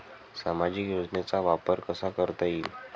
सामाजिक योजनेचा वापर कसा करता येईल?